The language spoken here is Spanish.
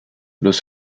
los